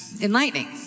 enlightening